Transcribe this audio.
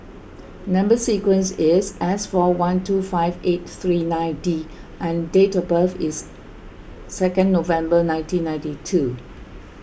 Number Sequence is S four one two five eight three nine D and date of birth is second November nineteen ninety two